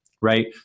right